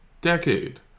decade